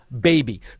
baby